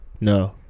No